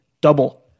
Double